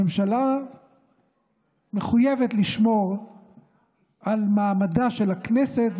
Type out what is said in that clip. הממשלה מחויבת לשמור על מעמדה של הכנסת.